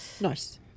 nice